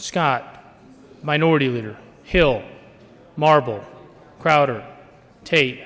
scott minority leader hill marble crowder ta